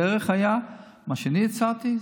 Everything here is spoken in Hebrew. הדרך הייתה מה שאני הצעתי,